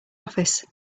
office